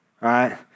right